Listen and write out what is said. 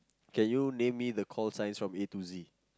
can you name me the call signs from A to Z